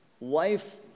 life